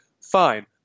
fine